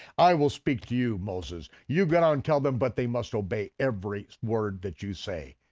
i will speak to you, moses. you go down, tell them, but they must obey every word that you say.